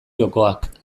jokoak